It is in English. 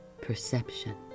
perception